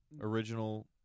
original